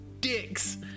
Dicks